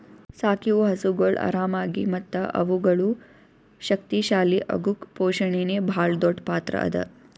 ಸಾಕಿವು ಹಸುಗೊಳ್ ಆರಾಮಾಗಿ ಮತ್ತ ಅವುಗಳು ಶಕ್ತಿ ಶಾಲಿ ಅಗುಕ್ ಪೋಷಣೆನೇ ಭಾಳ್ ದೊಡ್ಡ್ ಪಾತ್ರ ಅದಾ